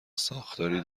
ساختاری